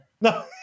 No